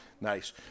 Nice